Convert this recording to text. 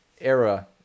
era